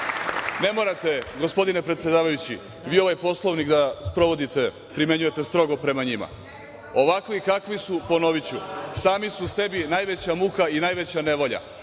morate, gospodine predsedavajući, vi ovaj Poslovnik da sprovodite, primenjujete strogo prema njima. Ovakvi kakvi su, ponoviću, sami su sebi najveća muka i najveća nevolja.